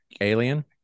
Alien